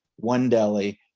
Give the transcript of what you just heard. one deli,